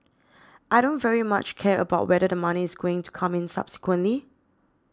I don't very much care about whether the money is going to come in subsequently